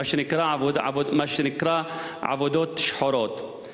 מה שנקרא "עבודות שחורות".